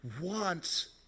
wants